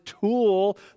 tool